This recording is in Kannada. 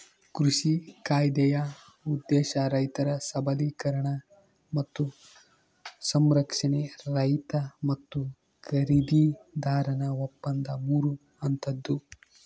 ಕೃಷಿ ಕಾಯ್ದೆಯ ಉದ್ದೇಶ ರೈತರ ಸಬಲೀಕರಣ ಮತ್ತು ಸಂರಕ್ಷಣೆ ರೈತ ಮತ್ತು ಖರೀದಿದಾರನ ಒಪ್ಪಂದ ಮೂರು ಹಂತದ್ದು